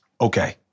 okay